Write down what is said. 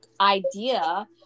idea